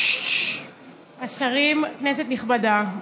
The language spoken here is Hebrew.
השרים, כנסת נכבדה,